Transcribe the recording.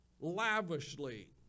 lavishly